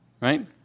Right